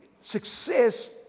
success